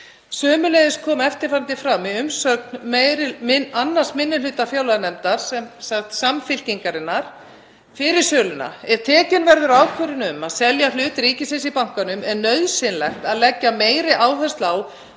Sömuleiðis kom eftirfarandi fram í umsögn 2. minni hluta fjárlaganefndar, sem sagt Samfylkingarinnar, fyrir söluna: „Ef tekin verður ákvörðun um að selja hlut ríkisins í bankanum er nauðsynlegt að leggja meiri áherslu á